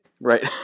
right